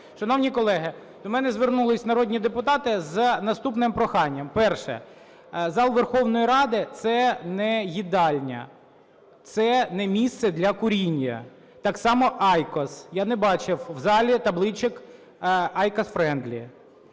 Шановні колеги, до мене звернулись народні депутати з наступним проханням. Перше – зал Верховної Ради це не їдальня, це не місце для куріння, так само Iqos, я не бачив в залі табличок Iqos Friendly.